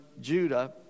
Judah